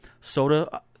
soda